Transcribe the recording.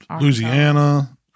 Louisiana